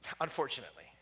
unfortunately